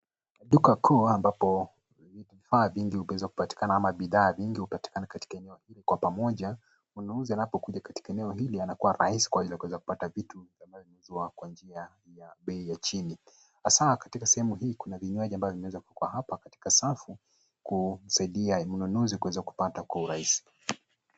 Duka kuu ambapo vifaa vingi uweza kupatikana ama bidhaa vingi hupatikana katika eneo kwa pamoja. Mmununuzi anapokuja katika eneo hili anakuwa rahisi kwa kuweza kupata vitu vinavyouzwa kwa njia ya bei ya chini. Hasaa katika sehemu hii, kuna vinywaji ambavyo vinaweza kuwa hapa katika safu kusaidia mnunuzi kuweza kupata kwa urahisi.